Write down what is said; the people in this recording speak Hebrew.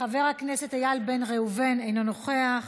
חבר הכנסת איל בן ראובן, אינו נוכח,